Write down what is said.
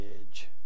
edge